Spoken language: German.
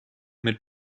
mit